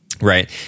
Right